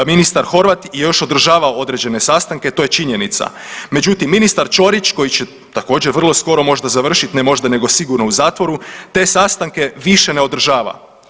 Ministar Horvat je još održavao određene sastanke, to je činjenica, međutim ministar Čorić koji će također vrlo skoro možda završit, ne možda nego sigurno u zatvoru, te sastanke više ne održava.